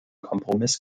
kompromiss